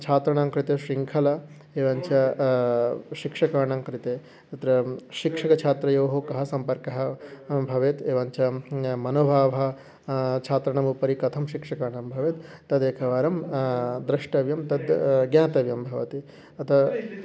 छात्राणां कृते शृङ्खला एवञ्च शिक्षकाणां कृते तत्र शिक्षकछात्रयोः कः सम्पर्कः भवेत् एवञ्च मनोभावः छात्राणामुपरि कथं शिक्षकाणां भवेत् तदेकवारं द्रष्टव्यं तत् ज्ञातव्यं भवति अतः